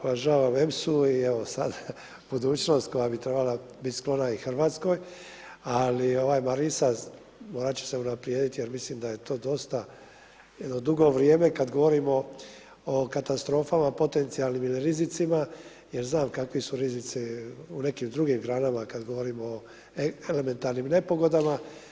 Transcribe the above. Uvažavam EMSA-u i evo sad, budućnost koja bi trebala biti sklona i Hrvatskoj, ali ovaj Marisa morat će se unaprijediti jer mislim da je to dosta jedno dugo vrijeme kad govorimo o katastrofama, potencijalnim rizicima jer znam kakvi su rizici u nekim drugim granama kad govorim o elementarnim nepogodama.